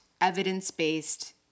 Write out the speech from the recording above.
evidence-based